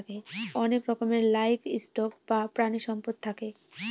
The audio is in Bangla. অনেক রকমের লাইভ স্টক বা প্রানীসম্পদ থাকে